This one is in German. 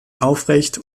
aufrecht